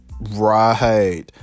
Right